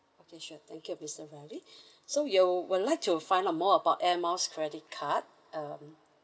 okay sure thank you mister ravi so you will like to find out more about Air Miles credit card um